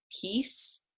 peace